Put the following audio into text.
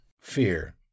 Fear